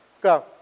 Go